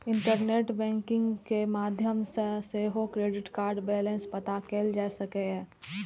internet banking के माध्यम सं सेहो क्रेडिट कार्डक बैलेंस पता कैल जा सकैए